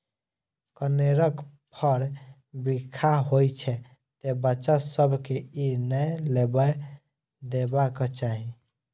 कनेरक फर बिखाह होइ छै, तें बच्चा सभ कें ई नै लेबय देबाक चाही